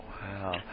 Wow